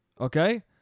Okay